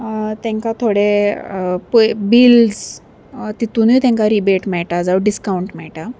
तेंकां थोडे प बिल्स तितुनूय तेंकां रिबेट मेळटा जावं डिस्कावंट मेळटा